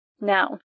Now